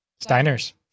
Steiner's